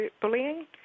bullying